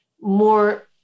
more